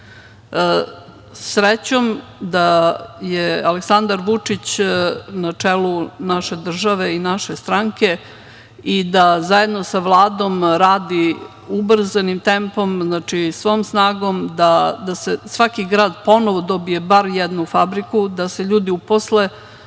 da je Aleksandar Vučić na čelu naše države i naše stranke i da zajedno sa Vladom radi ubrzanim tempom, svom snagom da svaki grad ponovo dobije bar jednu fabriku, da se ljudi uposle,